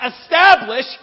establish